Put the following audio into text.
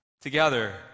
together